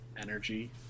energy